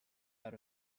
out